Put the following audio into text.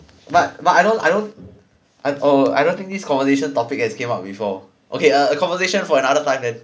but but I don't I don't uh I don't think this conversation topic has came out before okay err conversation for another time then